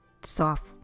soft